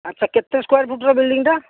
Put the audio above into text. ଆଚ୍ଛା କେତେ ସ୍କୋୟାର ଫୁଟ୍ର ବିଲ୍ଡିଂଟା